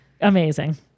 amazing